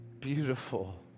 beautiful